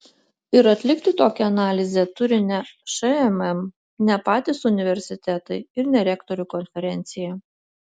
ir atlikti tokią analizę turi ne šmm ne patys universitetai ir ne rektorių konferencija